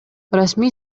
расмий